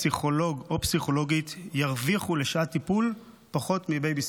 פסיכולוג או פסיכולוגית ירוויחו לשעת טיפול פחות מבייביסיטר.